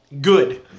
Good